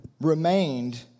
remained